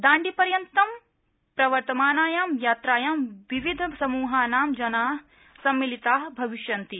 दाण्डी पर्यन्तं प्रवर्तमानायां यात्रायां विविध समूहानां जना साम्मिलिता भविष्यन्ति